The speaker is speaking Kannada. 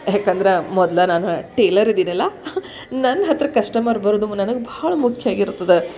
ಏಕಂದ್ರೆ ಮೊದ್ಲೇ ನಾನು ಟೇಲರ್ ಇದೀನಲ್ಲ ನನ್ನ ಹತ್ತಿರ ಕಸ್ಟಮರ್ ಬರುವುದು ನನಗೆ ಭಾಳ ಮುಖ್ಯ ಆಗಿರ್ತದೆ